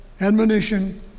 admonition